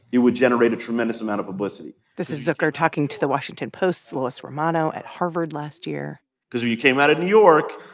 it would generate a tremendous amount of publicity this is zucker talking to the washington post's lois romano at harvard last year because if you came out of new york,